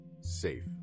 safe